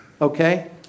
Okay